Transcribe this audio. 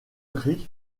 creek